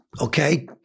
okay